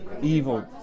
evil